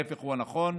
ההפך הוא הנכון,